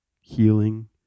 healing